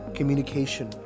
communication